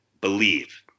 BELIEVE